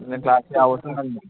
ꯑꯗꯨꯅ ꯀ꯭ꯂꯥꯁ ꯌꯥꯎꯕꯁꯨ ꯉꯝꯗꯦ